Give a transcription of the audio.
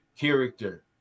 character